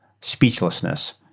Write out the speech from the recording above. speechlessness